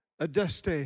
Adeste